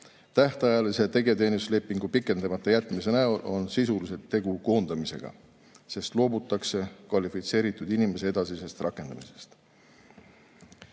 Tähtajalise tegevteenistuslepingu pikendamata jätmise näol on sisuliselt tegu koondamisega, sest loobutakse kvalifitseeritud inimese edasisest rakendamisest.